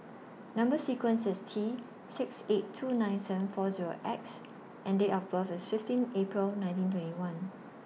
Number sequence IS T six eight two nine seven four Zero X and Date of birth IS fifteen April nineteen twenty one